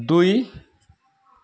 दुई